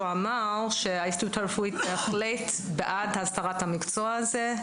ההסתדרות הרפואית בעד הסדרת המקצוע הזה.